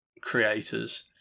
creators